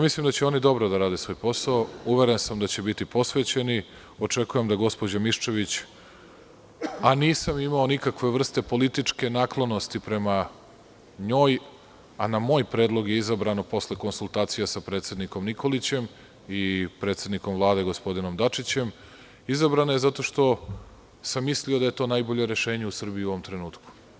Mislim da će dobro da rade svoj posao, uveren sam da će biti posvećeni, očekujem da gospođa Miščević, a nisam imao nikakve vrste političke naklonosti prema njoj, a na moj predlog je izabrana posle konsultacija sa predsednikom Nikolićem i predsednikom Vlade, gospodinom Dačićem, izabrana je zato što sam mislio da je to najbolje rešenje u Srbiji u ovom trenutku.